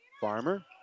Farmer